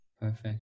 Perfect